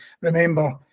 remember